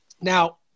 Now